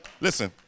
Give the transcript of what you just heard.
Listen